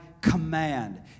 command